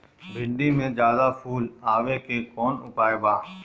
भिन्डी में ज्यादा फुल आवे के कौन उपाय बा?